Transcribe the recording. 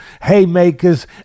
haymakers